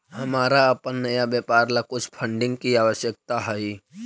हमारा अपन नए व्यापार ला कुछ फंडिंग की आवश्यकता हई